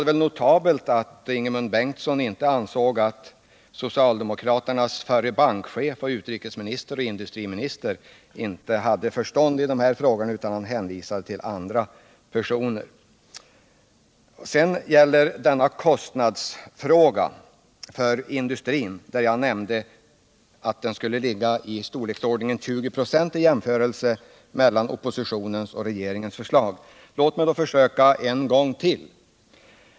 Det är notabelt att Ingemund Bengtsson ansåg att socialdemokraternas förre bankchef, utrikesoch industriminister inte hade förstånd i dessa frågor, och hänvisade till andra personer. Sedan till frågan om kostnaden för industrin. Jag nämnde att den skulle ligga i storleksordningen 20 96 högre enligt oppositionens jämfört med regeringens politik. Låt mig då försöka en gång till.